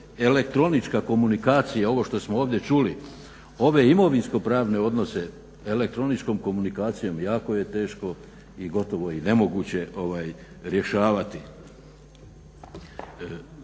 elektronička komunikacija, ovo što smo ovdje čuli, ove imovinsko pravne odnose elektroničkom komunikacijom jako je teško i gotovo i nemoguće rješavati.